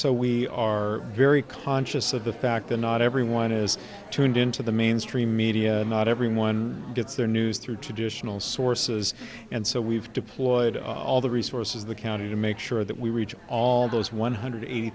so we are very conscious of the fact that not everyone is turned into the mainstream media and not everyone gets their news through traditional sources and so we've deployed all the resources of the county to make sure that we reach all those one hundred eighty